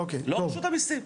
לא רשות המיסים.